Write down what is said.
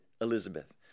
Elizabeth